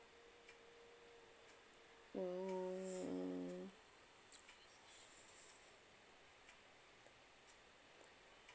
mm